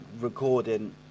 recording